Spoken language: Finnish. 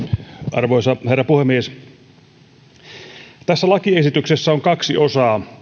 arvoisa herra puhemies tässä lakiesityksessä on kaksi osaa